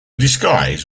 disguise